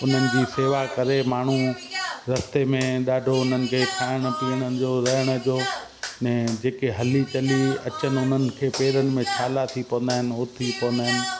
उन्हनि जी शेवा करे माण्हू रस्ते में ॾाढो हुननि खे खाइण पीअण जो रहण जो अने जेके हली चली अचनि उन्हनि खे पेरनि में छाला थी पंदा आहिनि उहो थी पवंदा आहिनि